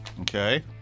Okay